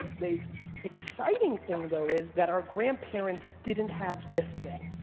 the exciting thing, though, is that our grandparents didn't have this thing.